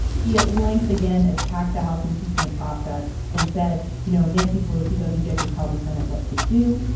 he at length, again, attacked the house impeachment process and said, you know, nancy pelosi doesn't get to tell the senate what to do.